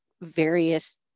various